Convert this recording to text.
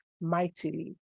mightily